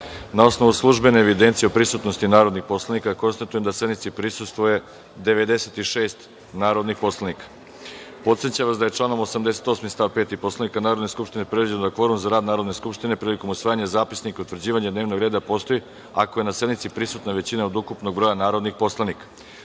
osnovu službene evidencije o prisutnosti narodnih poslanika, konstatujem da sednici prisustvuje 96 narodnih poslanika. Podsećam vas da je članom 88. stav 5. Poslovnika Narodne skupštine predviđeno da kvorum za rad Narodne skupštine prilikom usvajanja zapisnika i utvrđivanja dnevnog reda postoji ako je na sednici prisutna većina od ukupnog broja narodnih poslanika. Radi